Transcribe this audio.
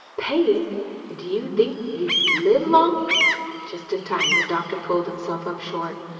pay! and do you think you'd live long just in time the doctor pulled himself up short.